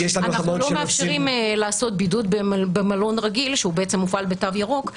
אנחנו לא מאפשרים לעשות בידוד במלון רגיל שהוא בעצם מופעל בתו ירוק,